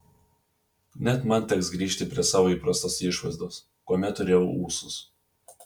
net man teks grįžti prie savo įprastos išvaizdos kuomet turėjau ūsus